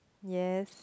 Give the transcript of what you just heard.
yes